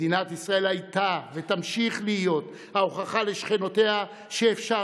מדינת ישראל הייתה ותמשיך להיות ההוכחה לשכנותיה שאפשר